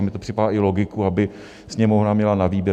A mně to připadá logické, aby Sněmovna měla na výběr.